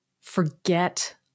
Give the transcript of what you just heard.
forget